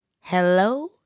Hello